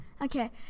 Okay